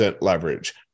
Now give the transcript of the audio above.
leverage